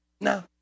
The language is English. No